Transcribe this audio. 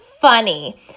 funny